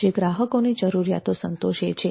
જે ગ્રાહકોની જરૂરિયાતો સંતોષે છે